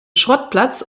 schrottplatz